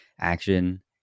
action